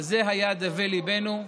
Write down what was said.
על זה היה דווה ליבנו,